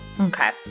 Okay